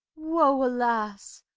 woe, alas!